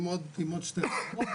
עם עוד שתי חברות,